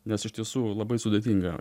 nes iš tiesų labai sudėtinga